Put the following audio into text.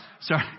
sorry